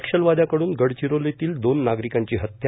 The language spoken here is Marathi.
नक्षलवाद्याकडून गडचिरोलीतील दोन नागरिकांची हत्या